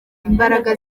imbaraga